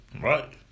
right